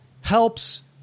helps